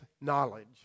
knowledge